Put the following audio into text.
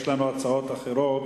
יש לנו הצעות אחרות.